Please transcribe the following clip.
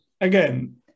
again